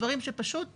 דברים שפשוט אסור,